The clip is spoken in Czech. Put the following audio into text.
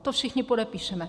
To všichni podepíšeme.